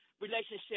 relationship